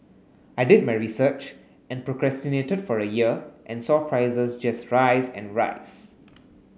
I did my research and procrastinated for a year and saw prices just rise and rise